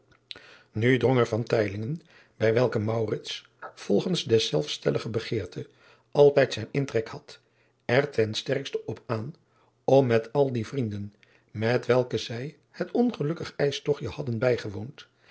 u drong er bij welken volgens deszelfs stellige begeerte altijd zijn intrek had er ten sterkste op aan om met al die vrienden met welke zij het ongelukkig ijstogtje hadden bijgewoond